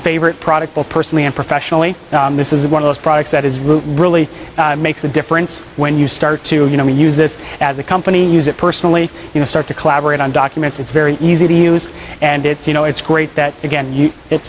favorite product both personally and professionally this is one of those products that is rooted really makes a difference when you start to you know we use this as a company use it personally you know start to collaborate on documents it's very easy to use and it's you know it's great that again it